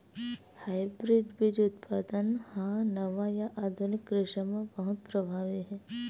hybrid बीज उत्पादन हा नवा या आधुनिक कृषि मा बहुत प्रभावी हे